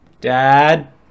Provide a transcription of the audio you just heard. dad